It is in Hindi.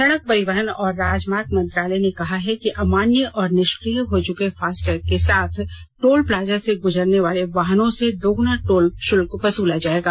सड़क परिवहन और राजमार्ग मंत्रालय ने कहा है कि अमान्य और निष्क्रिय हो चुके फास्टैग के साथ टोल प्लाजा से गुजरने वाले वाहनों से दोगुना टोल शुल्क वसूला जाएगा